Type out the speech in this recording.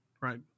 Right